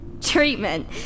Treatment